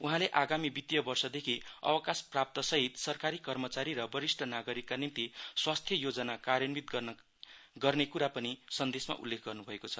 उहाँले आगामी वित्तीय वर्षदेखि अवकाशप्राप्तसहि सरकारी कर्मचारी र वरिष्ठ नागरिकका निम्ति स्वास्थ्य योजना कार्यन्वित गर्ने कुरा पनि सनदेशमा उल्लेख गर्न भएको छ